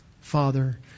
Father